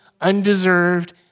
undeserved